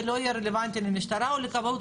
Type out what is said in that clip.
ולא יהיו רלוונטיים למשטרה או הכבאות.